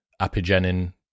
Apigenin